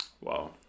wow